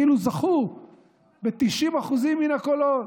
כאילו זכו ב-90% מן הקולות.